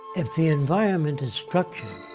if the environment is structured,